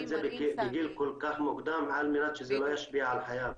את זה בגיל מוקדם על מנת שזה לא ישפיע על חייו.